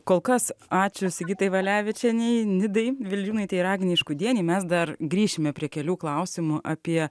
kol kas ačiū sigitai valevičienei nidai vildžiūnaitei ir agnei škudienei mes dar grįšime prie kelių klausimų apie